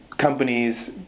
companies